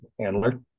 handler